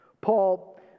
Paul